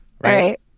Right